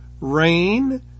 rain